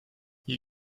hier